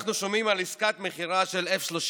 אנחנו שומעים על עסקת מכירה של F-35,